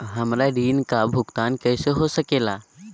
हमरा ऋण का भुगतान कैसे हो सके ला?